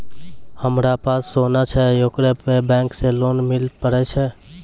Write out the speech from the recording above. हमारा पास सोना छै येकरा पे बैंक से लोन मिले पारे छै?